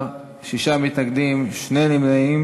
ההצעה להעביר